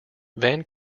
van